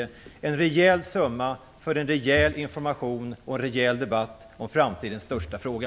Det handlar om en rejäl summa till en rejäl information och debatt om framtidens största fråga.